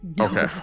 Okay